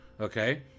Okay